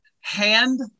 hand